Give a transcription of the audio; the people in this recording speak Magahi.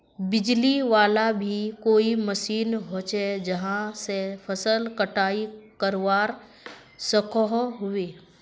बिजली वाला भी कोई मशीन होचे जहा से फसल कटाई करवा सकोहो होबे?